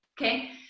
Okay